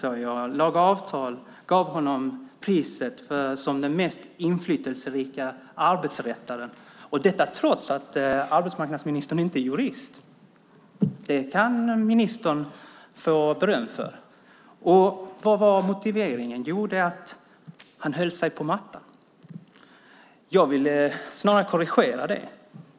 Lag & Avtal utsåg honom till den mest inflytelserika arbetsrättaren trots att arbetsmarknadsministern inte är jurist. Det kan ministern få beröm för! Vad var motiveringen? Jo, att han håller sig på mattan. Men jag skulle vilja korrigera det.